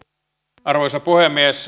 arvoisa puhemies